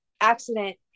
accident